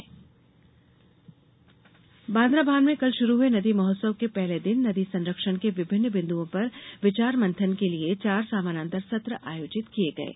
नदी संरक्षण बान्द्राभान में कल शुरू हुए नदीं महोत्सव के पहले दिन नदी संरक्षण के विभिन्न बिन्दुओं पर विचार मंथन के लिए चार समांतर सत्र आयोजित किये गये